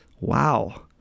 Wow